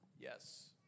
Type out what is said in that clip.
Yes